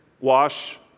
Wash